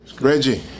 Reggie